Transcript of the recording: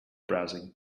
browsing